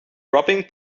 robbing